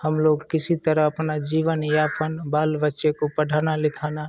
हम लोग किसी तरह अपना जीवन यापन बाल बच्चे को पढ़ाना लिखाना